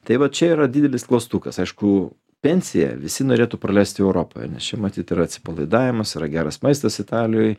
tai va čia yra didelis klaustukas aišku pensija visi norėtų praleisti europoje nes čia matyt ir atsipalaidavimas yra geras maistas italijoj